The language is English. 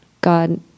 God